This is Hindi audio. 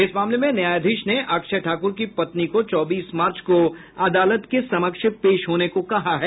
इस मामले में न्यायाधीश ने अक्षय ठाकुर की पत्नी को चौबीस मार्च को अदालत के समक्ष पेश होने को कहा है